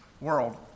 world